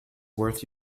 worth